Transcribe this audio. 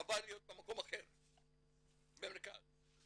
זה עבר להיות במקום אחר, במרכז.